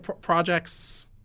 Projects